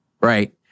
right